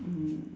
mm